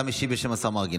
אתה משיב בשם השר מרגי,